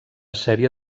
sèrie